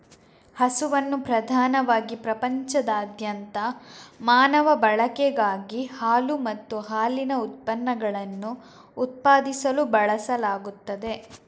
ಹಸುವನ್ನು ಪ್ರಧಾನವಾಗಿ ಪ್ರಪಂಚದಾದ್ಯಂತ ಮಾನವ ಬಳಕೆಗಾಗಿ ಹಾಲು ಮತ್ತು ಹಾಲಿನ ಉತ್ಪನ್ನಗಳನ್ನು ಉತ್ಪಾದಿಸಲು ಬಳಸಲಾಗುತ್ತದೆ